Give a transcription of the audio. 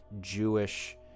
Jewish